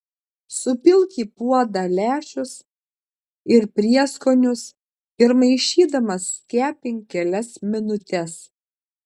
supilk į puodą lęšius ir prieskonius ir maišydamas kepink kelias minutes